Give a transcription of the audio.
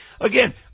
Again